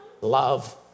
love